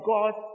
God